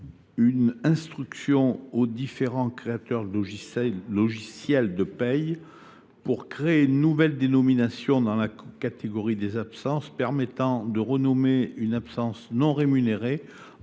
donner instruction aux différents développeurs de logiciel de paie de créer une nouvelle dénomination dans la catégorie des absences, permettant de renommer une absence non rémunérée en